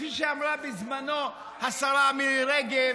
כפי שאמרה בזמנו השרה מירי רגב: